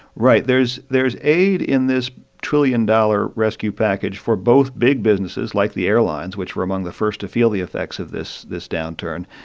right. there's there's aid in this trillion dollar rescue package for both big businesses, like the airlines, which were among the first to feel the effects of this this downturn,